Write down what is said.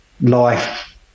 life